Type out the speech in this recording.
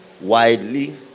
widely